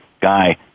guy